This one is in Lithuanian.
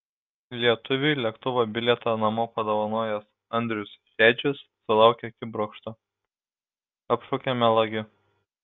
lietuviui lėktuvo bilietą namo padovanojęs andrius šedžius sulaukė akibrokšto apšaukė melagiu